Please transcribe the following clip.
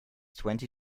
twenty